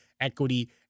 equity